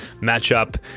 matchup